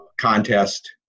contest